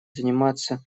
заниматься